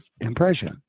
impression